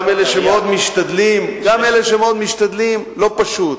גם אלה שמאוד משתדלים, לא פשוט.